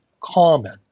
common